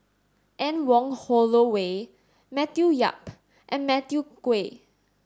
Anne Wong Holloway Matthew Yap and Matthew Ngui